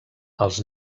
els